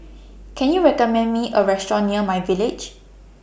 Can YOU recommend Me A Restaurant near My Village